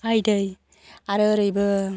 आइ दै आरो ओरैबो